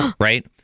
right